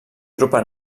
drupa